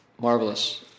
marvelous